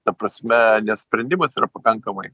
ta prasme nes sprendimas yra pakankamai